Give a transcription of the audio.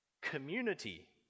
community